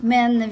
Men